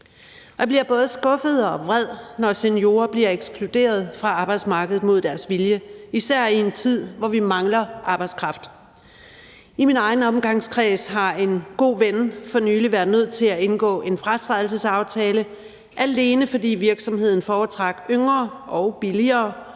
jeg bliver både skuffet og vred, når seniorer bliver ekskluderet fra arbejdsmarkedet mod deres vilje, især i en tid, hvor vi mangler arbejdskraft. I min egen omgangskreds har en god ven for nylig været nødt til at indgå en fratrædelsesaftale, alene fordi virksomheden foretrak yngre og billigere